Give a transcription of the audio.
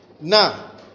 Now